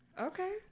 Okay